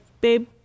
babe